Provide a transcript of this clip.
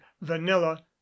vanilla